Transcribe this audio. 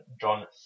John